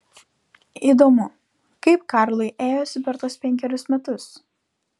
įdomu kaip karlui ėjosi per tuos penkerius metus